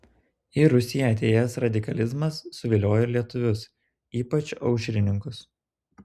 į rusiją atėjęs radikalizmas suviliojo ir lietuvius ypač aušrininkus